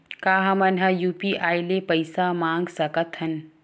का हमन ह यू.पी.आई ले पईसा मंगा सकत हन?